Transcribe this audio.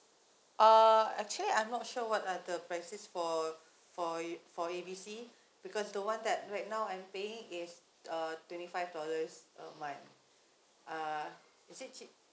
uh actually I'm not sure what are the prices for for you for A B C because the one that right now I'm paying is uh twenty five dollars a month uh is that cheap